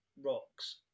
rocks